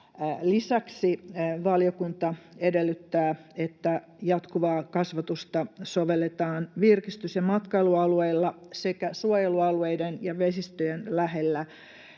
Lisäksi valiokunta edellyttää, että jatkuvaa kasvatusta sovelletaan virkistys‑ ja matkailualueilla sekä suojelualueiden ja vesistöjen lähellä